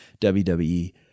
WWE